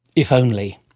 if only.